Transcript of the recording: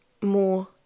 more